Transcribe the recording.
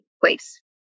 place